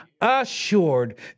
Assured